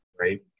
right